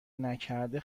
نکرده